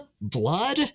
Blood